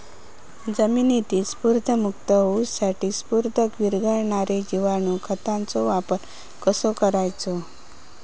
जमिनीतील स्फुदरमुक्त होऊसाठीक स्फुदर वीरघळनारो जिवाणू खताचो वापर कसो करायचो?